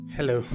Hello